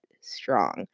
Strong